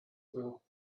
well